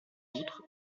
outre